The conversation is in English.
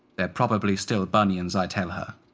they're probably still bunions, i tell her.